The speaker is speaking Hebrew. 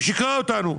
היא שיקרה לנו,